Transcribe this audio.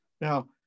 Now